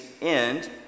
end